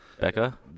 Becca